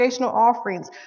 offerings